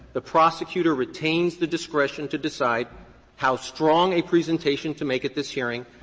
the prosecutor retains the discretion to decide how strong a presentation to make at this hearing,